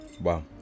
wow